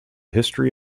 history